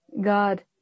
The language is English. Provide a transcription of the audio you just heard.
God